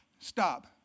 Stop